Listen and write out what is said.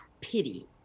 pity